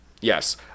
Yes